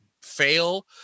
fail